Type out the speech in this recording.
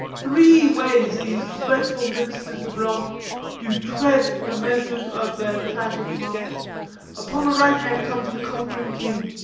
three ways these dreadful ministers of wrath do tread the measures of their tragic march upon the right hand comes the conquering king,